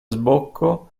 sbocco